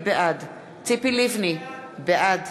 בעד ציפי לבני, בעד